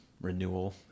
renewal